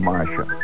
Marsha